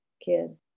kid